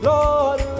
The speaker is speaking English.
Lord